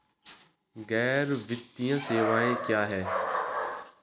गैर वित्तीय सेवाएं क्या हैं?